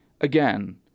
Again